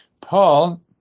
Paul